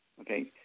Okay